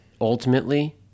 ultimately